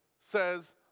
says